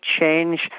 change